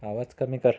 आवाज कमी कर